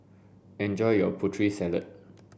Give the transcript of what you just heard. enjoy your Putri Salad